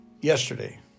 yesterday